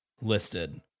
listed